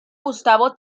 gustavo